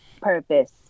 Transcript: purpose